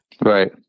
Right